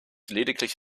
lediglich